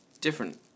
different